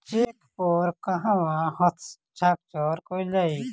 Check पर कहवा हस्ताक्षर कैल जाइ?